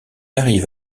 arrive